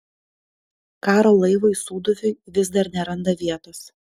karo laivui sūduviui vis dar neranda vietos